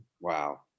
Wow